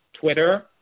Twitter